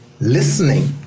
listening